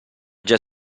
già